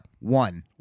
One